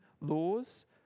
laws